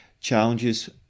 challenges